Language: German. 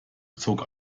zog